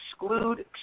exclude